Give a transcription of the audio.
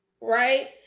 right